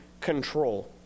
control